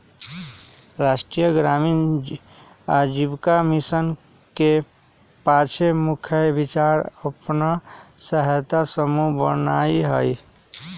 राष्ट्रीय ग्रामीण आजीविका मिशन के पाछे मुख्य विचार अप्पन सहायता समूह बनेनाइ हइ